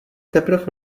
teprv